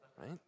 right